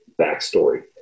backstory